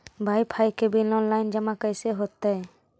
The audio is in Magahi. बाइफाइ के बिल औनलाइन जमा कैसे होतै?